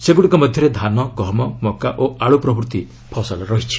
ସେଗୁଡ଼ିକ ମଧ୍ୟରେ ଧାନ ଗହମ ମକା ଓ ଆଳୁ ପ୍ରଭୃତି ରହିଛି